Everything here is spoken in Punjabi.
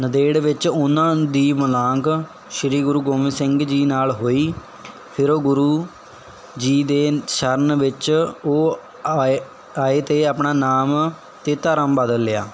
ਨੰਦੇੜ ਵਿੱਚ ਉਹਨਾਂ ਦੀ ਮਿਲਾਂਗ ਸ਼੍ਰੀ ਗੁਰੂ ਗੋਬਿੰਦ ਸਿੰਘ ਜੀ ਨਾਲ ਹੋਈ ਫਿਰ ਉਹ ਗੁਰੂ ਜੀ ਦੇ ਸ਼ਰਨ ਵਿੱਚ ਉਹ ਆਏ ਆਏ ਅਤੇ ਆਪਣਾ ਨਾਮ ਅਤੇ ਧਰਮ ਬਦਲ ਲਿਆ